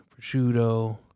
prosciutto